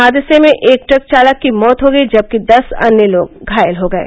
हादसे में एक ट्रक चालक की मौत हो गयी जबकि दस अन्य लोग घायल हो गये